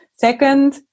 Second